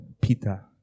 Peter